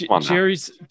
Jerry's